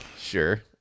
Sure